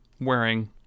wearing